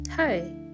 Hi